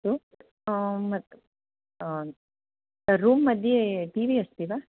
अस्तु रूम्मध्ये TV अस्ति वा